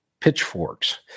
Pitchforks